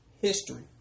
history